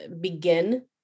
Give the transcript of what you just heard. begin